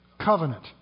covenant